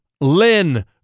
Lynn